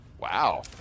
wow